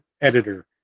editor